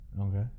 Okay